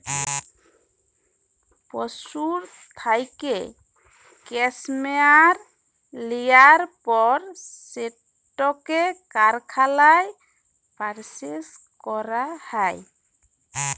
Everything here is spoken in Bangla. পশুর থ্যাইকে ক্যাসমেয়ার লিয়ার পর সেটকে কারখালায় পরসেস ক্যরা হ্যয়